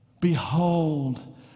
Behold